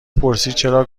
پرسیدچرا